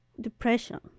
depression